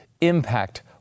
impact